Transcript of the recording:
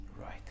Right